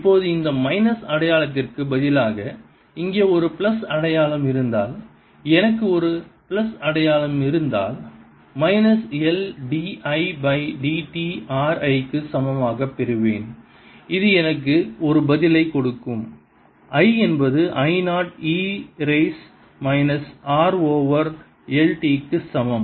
இப்போது இந்த மைனஸ் அடையாளத்திற்கு பதிலாக இங்கே ஒரு பிளஸ் அடையாளம் இருந்தால் எனக்கு ஒரு பிளஸ் அடையாளம் இருந்தால் minus L d I by dt r I க்கு சமமாக பெறுவேன் இது எனக்கு ஒரு பதிலைக் கொடுக்கும் I என்பது I naught e raise minus r over L t க்கு சமம்